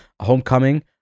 homecoming